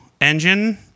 Engine